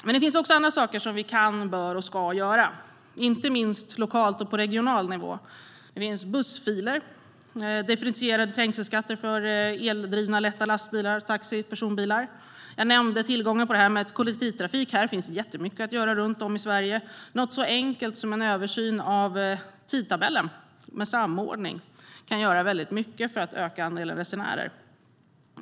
Men det finns också andra saker vi kan och bör göra, inte minst på lokal och regional nivå. Det handlar om bussfiler och om differentierad trängselskatt för eldrivna, lätta lastbilar, taxi och personbilar. Jag nämnde tillgången till kollektivtrafik. Här finns mycket att göra runt om i Sverige, och något så enkelt som en översyn och samordning av tidtabellerna kan göra mycket för att öka andelen resenärer.